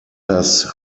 das